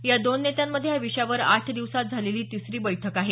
या दोन नेत्यांमधे या विषयावर आठ दिवसांत झालेली ही तिसरी बैठक आहे